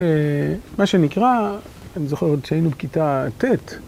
‫מה שנקרא, אני זוכר עוד שהיינו ‫בכיתה ט'